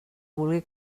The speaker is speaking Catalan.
vulgui